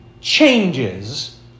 changes